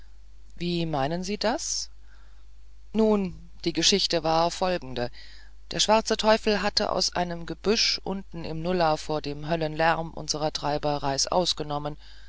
wie meinen sie das nun die geschichte war folgende der schwarze teufel hatte aus einem gebüsch unten im nullah vor dem höllenlärm unserer treiber reißaus genommen